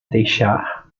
deixar